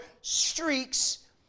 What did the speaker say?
streaks